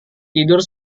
tidur